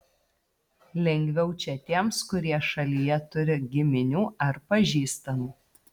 lengviau čia tiems kurie šalyje turi giminių ar pažįstamų